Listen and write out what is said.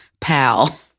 pal